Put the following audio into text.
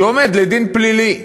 שעומד לדין פלילי.